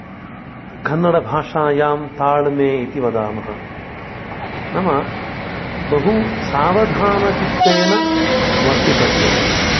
कन्नडभाषायां ताल्मे इति वदामः नाम बहु सावधानचित्तेन वर्तितव्यम्